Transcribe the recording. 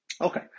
okay